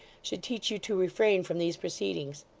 should teach you to refrain from these proceedings.